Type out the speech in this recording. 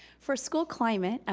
for school climate,